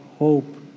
Hope